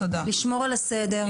לשמור על הסדר.